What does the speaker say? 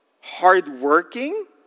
hardworking